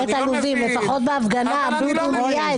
לפחות בהפגנה עמדו דקה דומיה,